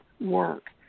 work